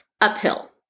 uphill